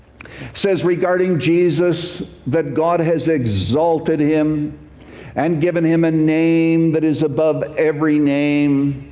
says, regarding jesus, that god has exalted him and given him a name that is above every name,